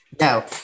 No